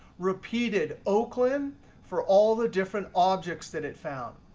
repeated oakland for all the different objects that it found.